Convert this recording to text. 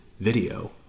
video